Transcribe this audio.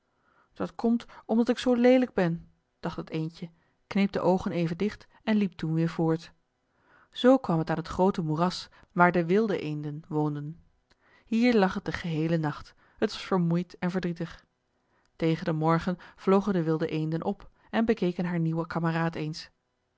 dat komt omdat ik zoo leelijk ben dacht het eendje kneep de oogen even dicht en liep toen weer voort zoo kwam het aan het groote moeras waar de wilde eenden woonden hier lag het den geheelen nacht het was vermoeid en verdrietig tegen den morgen vlogen de wilde eenden op en bekeken haar nieuwen kameraad eens